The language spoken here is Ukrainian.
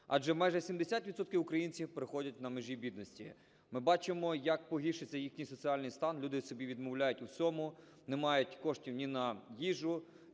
адже майже 70 відсотків українців проходять на межі бідності. Ми бачимо як погіршується їхній соціальний стан, люди собі відмовляють в усьому, не мають коштів ні на їжу,